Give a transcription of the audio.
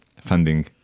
funding